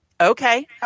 okay